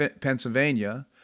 Pennsylvania